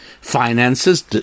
Finances